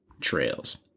trails